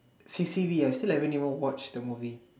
C_C_V ah still haven't even watch the movie